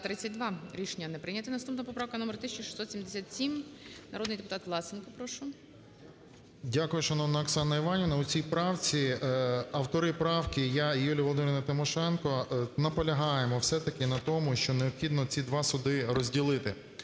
Дякую, шановна Оксана Іванівна. У цій правці автори правки, я і Юлія Володимирівна Тимошенко, наполягаємо все-таки на тому, що необхідно ці два суди розділити.